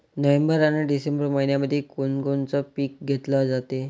November अन December मइन्यामंधी कोण कोनचं पीक घेतलं जाते?